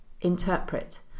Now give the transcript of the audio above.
interpret